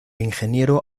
ingeniero